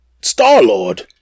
Star-Lord